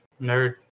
Nerd